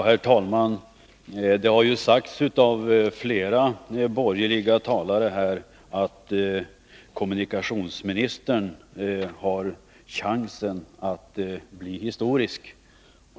Herr talman! Flera borgerliga talare här har sagt att kommunikationsministern har chansen att bli historisk.